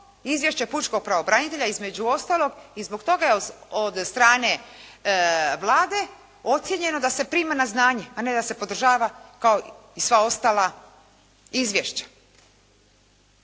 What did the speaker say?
izvješće pučkog pravobranitelja između ostalog i zbog toga je od strane Vlade ocjenjeno da se prima na znanje, a ne da se podržava kao i sva ostala izvješća.